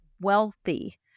wealthy